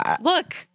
look